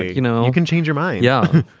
you know, you can change your mind yeah,